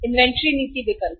inventory नीति विकल्प